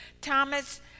Thomas